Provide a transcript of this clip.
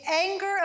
anger